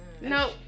no